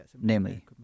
namely